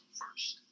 first